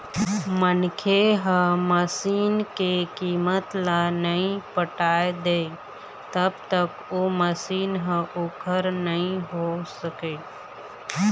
मनखे ह मसीन के कीमत ल नइ पटा दय तब तक ओ मशीन ह ओखर नइ होय सकय